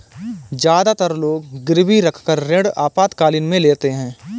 ज्यादातर लोग गिरवी रखकर ऋण आपातकालीन में लेते है